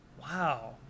Wow